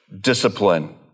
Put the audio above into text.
discipline